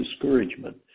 discouragement